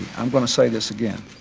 i'm going to say this again.